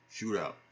Shootout